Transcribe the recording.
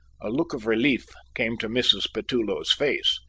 a look of relief came to mrs. petullo's face.